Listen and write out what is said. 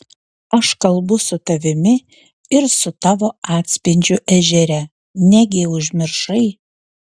aš kalbu su tavimi ir su tavo atspindžiu ežere negi užmiršai